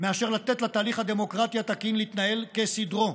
מאשר לתת לתהליך הדמוקרטיה התקין להתנהל כסדרו.